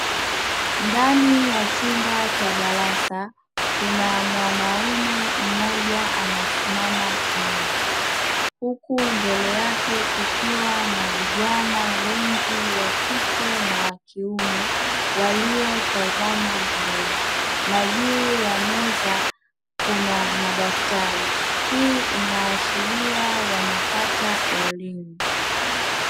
Ndani ya chumba cha darasa kuna mwanaume mmoja amesimama nyuma huku mbele yake kukiwa na vijana wengi wakike na wakiume waliotazama mbele. Na juu ya meza kuna madaftari hii inaashiria wanapata elimu.